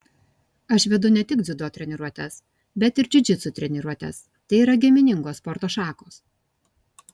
aš vedu ne tik dziudo treniruotes bet ir džiudžitsu treniruotes tai yra giminingos sporto šakos